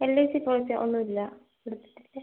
L I C policy ഒന്നും ഇല്ല എടുത്തിട്ടില്ല